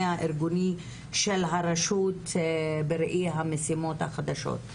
הארגוני של הרשות בראי המשימות החדשות.